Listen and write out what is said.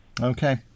Okay